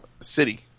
city